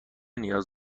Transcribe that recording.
نیاز